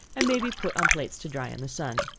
and may be put on plates to dry in the sun,